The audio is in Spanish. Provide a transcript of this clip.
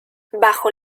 bajo